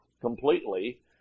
completely